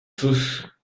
souches